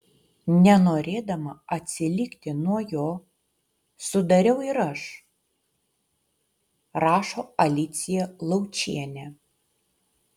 nenorėdama atsilikti nuo jo sudariau ir aš rašo alicija laučienė